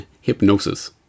hypnosis